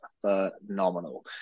phenomenal